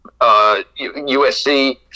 USC